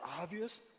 obvious